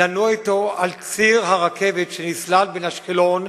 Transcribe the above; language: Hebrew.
לנוע אתו על ציר הרכבת שנסלל בין אשקלון,